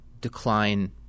decline